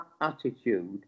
attitude